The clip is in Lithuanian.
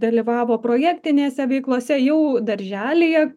dalyvavo projektinėse veiklose jau darželyje